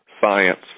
science